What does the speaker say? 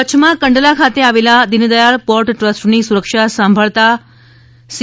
એક્ કચ્છમાં કંડલા ખાતે આવેલા દીનદથાલ પોર્ટ ટ્રસ્ટની સુરક્ષા સાંભળતા સી